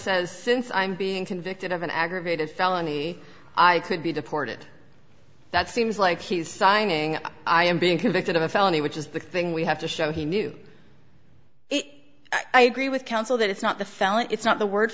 says since i'm being convicted of an aggravated felony i could be deported that seems like he's signing i am being convicted of a felony which is the thing we have to show he knew it i agree with counsel that it's not the felony it's not the word